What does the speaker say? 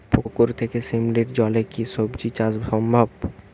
পুকুর থেকে শিমলির জলে কি সবজি চাষ সম্ভব?